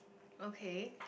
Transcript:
okay